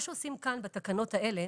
מה שעושים כאן בתקנות האלה,